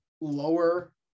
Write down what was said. lower –